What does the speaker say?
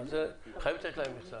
בקשה לקבלת מכסה ניתן להגיש רק לפי אחת